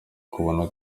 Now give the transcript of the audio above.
kubona